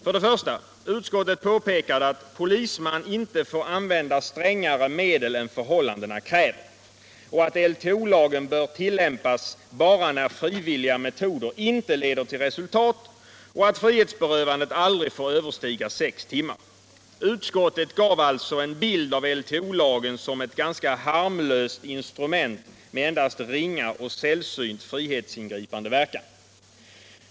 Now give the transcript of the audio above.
För det första påpekade utskottet att ”polisman inte får använda strängare medel än förhållandena kräver”, att LTO bör tillämpas bara när frivilliga metoder inte leder till resultat och att frihetsberövandet aldrig får överstiga sex timmar. Utskottet gav alltså en bild av LTO som ett ganska harmlöst instrument, sällan använt och med endast ringa frihetsingripande verkan.